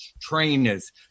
trainers